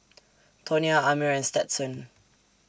Tonya Amir and Stetson